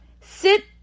sit